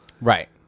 Right